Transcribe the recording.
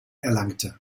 erlangte